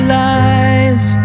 lies